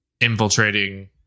infiltrating